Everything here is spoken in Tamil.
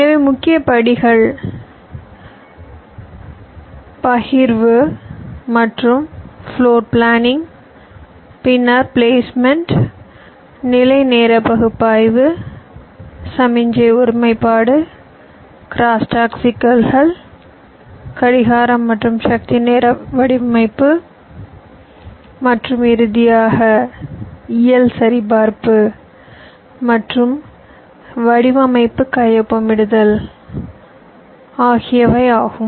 எனவே முக்கிய படிகள் பகிர்வு மற்றும் ஃப்ளோர் பிளானிங் பின்னர் பிளேஸ்மெண்ட் நிலை நேர பகுப்பாய்வு சமிக்ஞை ஒருமைப்பாடு க்ரோஸ்டாக் சிக்கல்கள் கடிகாரம் மற்றும் சக்தி நேர வடிவமைப்பு மற்றும் இறுதியாக இயல் சரிபார்ப்பு மற்றும் வடிவமைப்பு கையொப்பமிடுதல் ஆகும்